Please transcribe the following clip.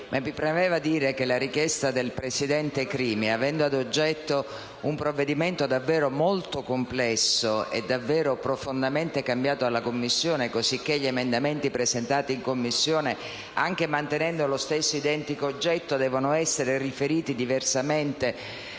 mi preme dire che la richiesta del presidente Crimi ha ad oggetto un provvedimento molto complesso e profondamente cambiato dalla Commissione, tanto che gli emendamenti presentati in quella sede, anche mantenendo lo stesso identico oggetto, devono essere riferiti ad un diverso testo.